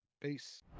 Peace